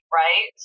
right